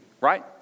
right